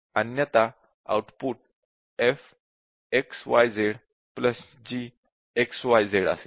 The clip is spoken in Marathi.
अन्यथा output f x y z g x y असेल